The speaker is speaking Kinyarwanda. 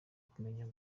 kumenya